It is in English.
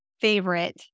favorite